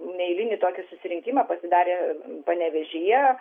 neeilinį tokį susirinkimą pasidarę panevėžyje